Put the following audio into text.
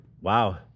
Wow